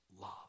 love